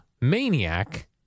maniac